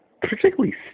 particularly